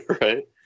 right